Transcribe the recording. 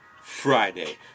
Friday